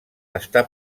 està